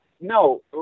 No